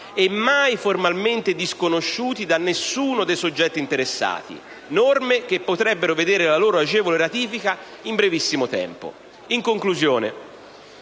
e mai formalmente disconosciuti da nessuno dei soggetti interessati. Norme che potrebbero vedere la loro agevole ratifica in brevissimo tempo. In conclusione,